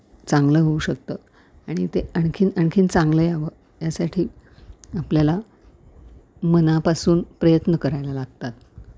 चांगलं होऊ शकतं आणि ते आणखीन आणखीन चांगलं यावं यासाठी आपल्याला मनापासून प्रयत्न करायला लागतात